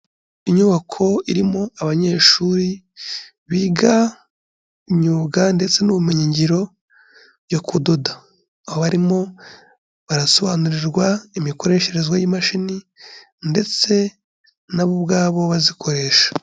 Inyubako irimo abanyeshuri biga imyuga ndetse n'ubumenyingiro byo kudoda, aho barimo barasobanurirwa imikoreshereze y'imashini ndetse na bo ubwabo bazikoresha.